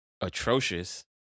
atrocious